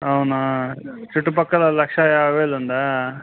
అవునా చుట్టుపక్కల లక్షాయావేలు ఉందా